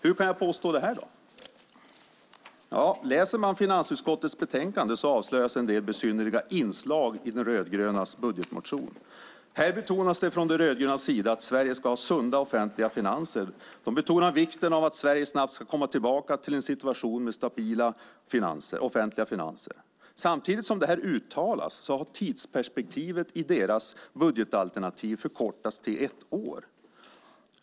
Hur kan jag då påstå detta? I finansutskottets betänkande avslöjas en del besynnerliga inslag i de rödgrönas budgetmotion. Det betonas från De rödgrönas sida att Sverige ska ha sunda offentliga finanser. Man betonar vikten av att Sverige snabbt ska komma tillbaka till en situation med stabila offentliga finanser. Samtidigt som det här uttalas har tidsperspektivet i deras budgetalternativ förkortats till ett år.